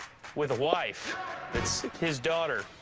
with a wife that's his daughter.